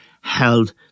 held